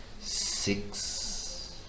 Six